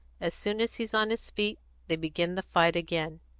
as soon as he's on his feet they begin the fight again.